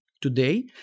Today